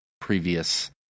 previous